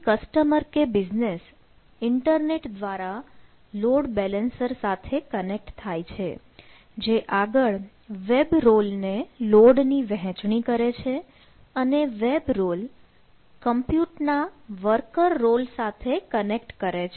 અહીં કસ્ટમર કે business internet દ્વારા લોડ બેલેન્સર સાથે કનેક્ટ થાય છે જે આગળ વેબ રોલ ને લોડ ની વહેંચણી કરે છે અને વેબ રોલ કમ્પ્યુટ ના વર્કર રોલ સાથે કનેક્ટ કરે છે